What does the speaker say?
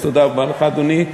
אז תודה רבה לך, אדוני.